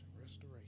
restoration